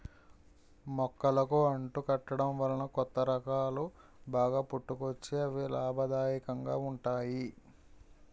మొక్కలకు అంటు కట్టడం వలన కొత్త రకాలు బాగా పుట్టుకొచ్చి అవి లాభదాయకంగా ఉంటున్నాయి